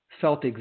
felt